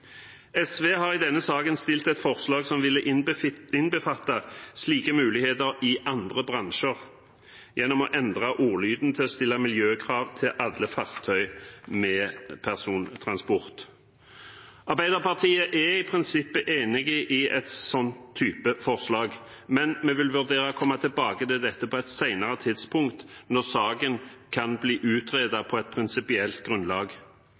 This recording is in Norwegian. SV har i denne saken fremmet et forslag som ville innbefatte slike muligheter i andre bransjer, gjennom å endre ordlyden til «å stille miljøkrav til alle fartøy med persontransport». Arbeiderpartiet er i prinsippet enig i en slik type forslag, men vi vil vurdere å komme tilbake til dette på et senere tidspunkt, når saken kan bli utredet på et prinsipielt grunnlag.